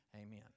Amen